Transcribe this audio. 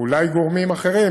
אולי גורמים אחרים,